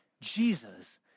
Jesus